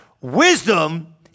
wisdom